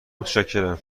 متشکرم